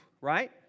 Right